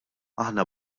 aħna